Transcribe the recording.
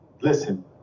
listen